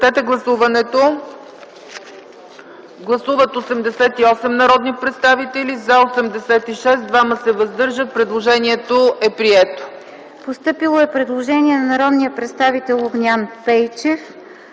Постъпило е предложение на народния представител Лъчезар